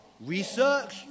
research